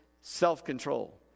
self-control